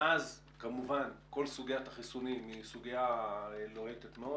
מאז כל סוגיית החיסונים היא סוגיה לוהטת מאוד,